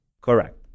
Correct